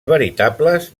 veritables